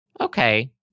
okay